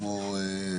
היושבת-ראש,